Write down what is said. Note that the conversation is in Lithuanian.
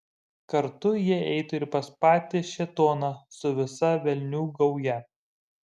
kartu jie eitų ir pas patį šėtoną su visa velnių gauja